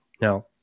Now